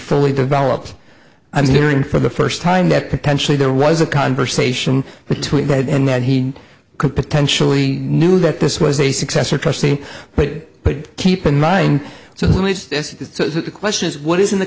fully developed i'm hearing for the first time that potentially there was a conversation between god and that he could potentially knew that this was a successor trustee but keep in mind so the only question is what is in the